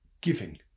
giving